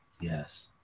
yes